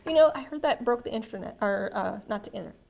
know i heard that broke the internet, or not the internet.